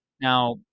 now